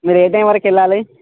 మీరు ఏ టైమ్ వరకు వెళ్ళాలి